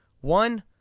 One